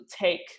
take